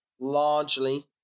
largely